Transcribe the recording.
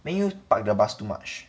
man U park their bus too much